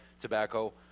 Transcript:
tobacco